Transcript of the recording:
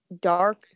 Dark